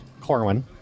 Corwin